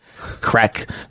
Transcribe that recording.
crack